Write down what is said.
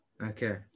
Okay